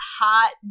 hot